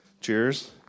Cheers